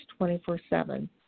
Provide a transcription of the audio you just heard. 24-7